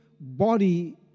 body